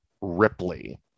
Ripley